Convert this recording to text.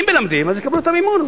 אם מלמדים, יקבלו את המימון.